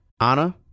Anna